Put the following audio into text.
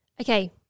Okay